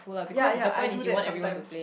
ya ya I do that sometimes